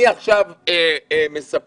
אני עכשיו מסבסד,